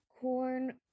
Corn-